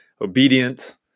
obedient